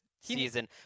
season